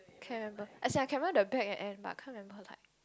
can't remember as in I can remember the bag and and but can't remember like